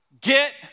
Get